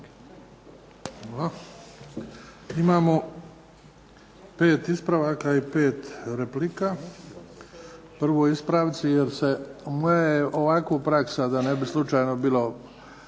Hvala. Imamo 5 ispravaka i 5 replika. Prvo ispravci. Moja je ovako praksa da ne bi slučajno bilo,